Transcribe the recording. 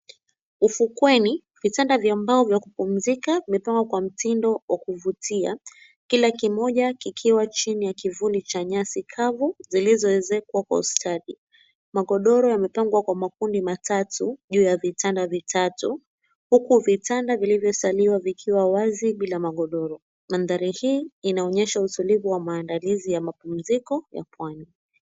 Ufukweni vitanda vya mbao vya kupumzika vimepangwa kwa mtindo wa kuvutia, kila kimoja kikiwa chini ya kivuli cha nyasi kavu zilizoezekwa kwa ustadi. Magondoro yamepangwa kwa makundi matatu juu ya vitanda vitatu, huku vitanda vilivyosalia vikiwa wazi bila mangondoro. Mandhari hii inaonyesha utulivu wa mandalizi ya mapumziko ya Pwani.